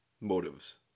motives